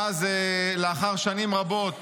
לאחר שנים רבות